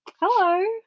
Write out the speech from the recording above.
hello